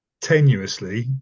tenuously